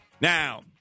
Now